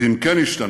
ואם כן השתנה,